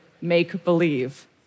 make-believe